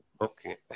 Okay